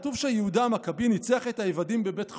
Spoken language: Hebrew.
כתוב שיהודה המכבי ניצח את היוונים בבית חורון.